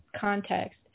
context